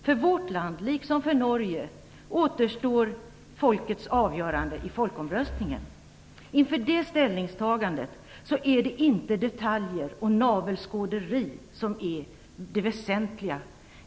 För vårt land, liksom för Norge, återstår folkets avgörande i folkomröstningen. Inför det ställningstagandet är det inte detaljer och navelskådande som är det väsentliga.